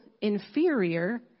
inferior